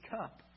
cup